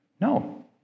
No